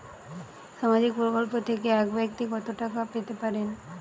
সামাজিক প্রকল্প থেকে এক ব্যাক্তি কত টাকা পেতে পারেন?